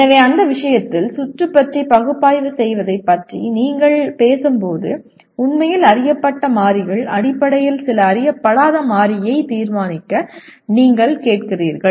எனவே அந்த விஷயத்தில் சுற்று பற்றி பகுப்பாய்வு செய்வதைப் பற்றி நீங்கள் என்ன பேசும்போது உண்மையில் அறியப்பட்ட மாறிகள் அடிப்படையில் சில அறியப்படாத மாறியைத் தீர்மானிக்க நீங்கள் கேட்கிறீர்கள்